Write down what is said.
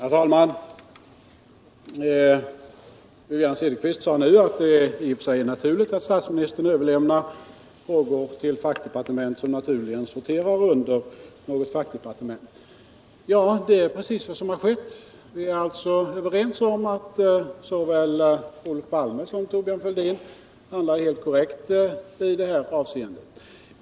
Herr talman! Wivi-Anne Cederqvist sade nu att det i och för sig är naturligt att statsministern till annat statsråd överlämnar frågor som sorterar under något fackdepartement. Ja, det är precis vad som har skett. Vi är överens om att såväl Olof Palme som Thorbjörn Fälldin har handlat helt korrekt i detta avseende.